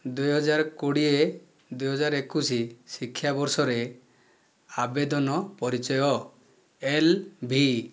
ଦୁଇହଜାର କୋଡ଼ିଏ ଦୁଇହଜାର ଏକୋଇଶି ଶିକ୍ଷାବର୍ଷରେ ଆବେଦନ ପରିଚୟ ଏଲ୍ ଭି